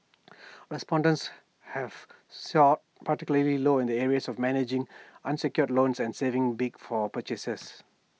respondents have particularly low in the areas of managing unsecured loans and saving big for purchases